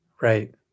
Right